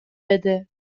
بده